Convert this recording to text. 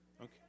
Okay